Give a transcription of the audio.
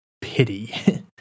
pity